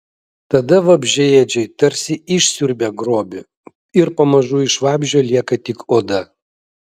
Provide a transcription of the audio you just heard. tada vabzdžiaėdžiai tarsi išsiurbia grobį ir pamažu iš vabzdžio lieka tik oda